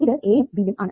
ഇത് A യും B യും ആണ്